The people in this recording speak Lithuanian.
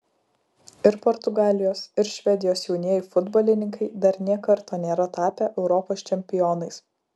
ir portugalijos ir švedijos jaunieji futbolininkai dar nė karto nėra tapę europos čempionais